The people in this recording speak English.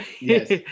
yes